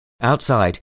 Outside